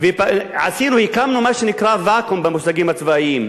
והקמנו מה שנקרא "בקו"ם", במושגים הצבאיים,